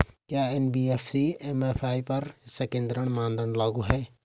क्या NBFC MFI पर ऋण संकेन्द्रण मानदंड लागू हैं?